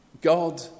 God